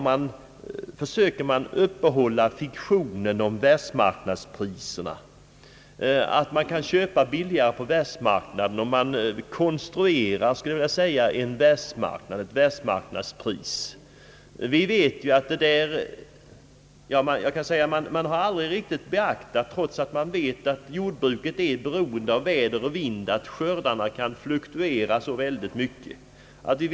Man försöker uppehålla fiktionen om världsmarknadspriserna och att man kan köpa billigare på världsmarknaden. Man =: konstruerar, skulle jag vilja säga, ett världsmarknadspris. Trots att man vet att jordbruket är beroende av väder och vind, tycks man aldrig riktigt ha beaktat att skördarna kan fluktuera mycket.